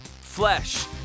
flesh